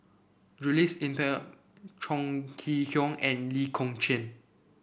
Jules Itier Chong Kee Hiong and Lee Kong Chian